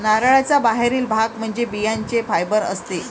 नारळाचा बाहेरील भाग म्हणजे बियांचे फायबर असते